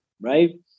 right